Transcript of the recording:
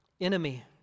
enemy